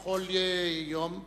הצעת חוק הביטוח הלאומי (תיקון,